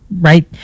right